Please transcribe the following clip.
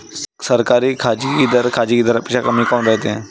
सरकारी खरेदी दर खाजगी दरापेक्षा कमी काऊन रायते?